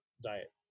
diet